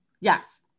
Yes